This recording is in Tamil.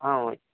ஆ ஓகே